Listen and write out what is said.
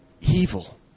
evil